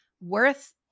worth